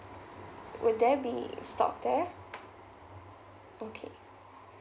would there be stock there okay